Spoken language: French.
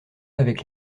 avec